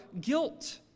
guilt